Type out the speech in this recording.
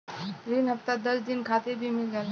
रिन हफ्ता दस दिन खातिर भी मिल जाला